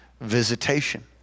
visitation